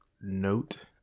note